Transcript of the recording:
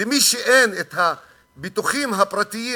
מי שאין לו את הביטוחים הפרטיים,